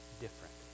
different